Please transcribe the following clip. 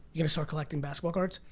you gonna start collecting basketball cards.